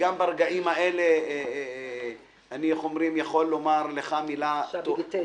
גם ברגעים האלה אני יכול לומר לך מילה טובה.